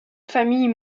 famille